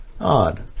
odd